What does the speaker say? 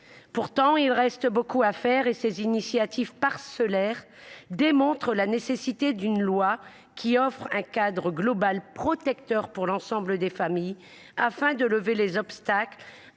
Pourtant, il reste beaucoup à faire. Ces initiatives parcellaires démontrent la nécessité d’une loi qui offre un cadre global protecteur pour l’ensemble des familles, afin de lever les obstacles